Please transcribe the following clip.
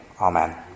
Amen